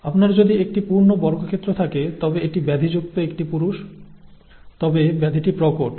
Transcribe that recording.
আপনার যদি একটি পূর্ণ বর্গক্ষেত্র থাকে তবে এটি ব্যাধিযুক্ত একটি পুরুষ তবে ব্যাধিটি প্রকট